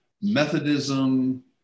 Methodism